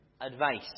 advice